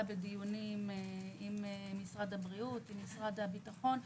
בדיונים עם משרד הבריאות ועם משרד הביטחון.